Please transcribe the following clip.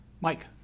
Mike